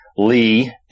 Lee